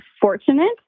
fortunate